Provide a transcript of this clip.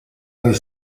nel